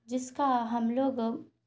جس کا ہم لوگ